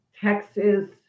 Texas